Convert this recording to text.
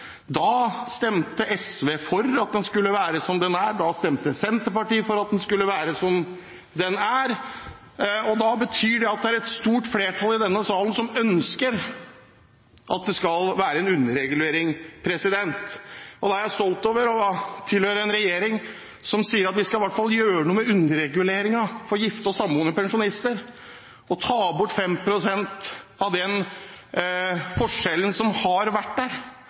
Da stemte SV for at den skulle være som den er, og da stemte Senterpartiet for at den skulle være som den er. Det er et stort flertall i denne salen som ønsker at det skal være underregulering. Jeg er stolt over å tilhøre en regjering som sier at vi i hvert fall skal gjøre noe med underreguleringen for gifte og samboende pensjonister og ta bort 5 pst. av den forskjellen som har vært der.